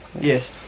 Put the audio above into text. Yes